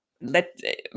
let